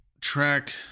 track